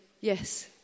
yes